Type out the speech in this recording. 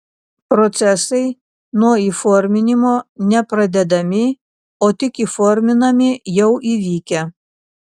procesai nuo įforminimo ne pradedami o tik įforminami jau įvykę